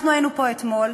אנחנו ראינו פה אתמול,